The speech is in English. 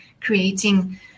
creating